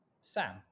Sam